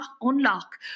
unlock